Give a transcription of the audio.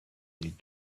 need